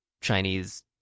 Chinese